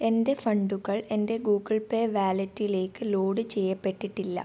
എൻ്റെ ഫണ്ടുകൾ എൻ്റെ ഗൂഗിൾ പേ വാലെറ്റിലേക്ക് ലോഡ് ചെയ്യപ്പെട്ടിട്ടില്ല